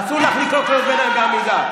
אסור לך לקרוא קריאות ביניים בעמידה.